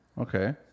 Okay